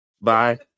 Bye